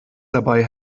dabei